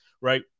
right